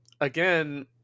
again